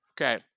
Okay